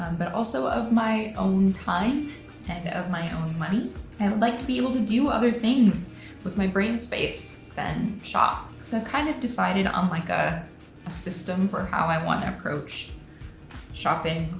um but also of my own time and of my own money and like to be able to do other things with my brain space than shop. so i kind of decided on like a system for how i wanna approach shopping,